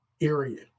area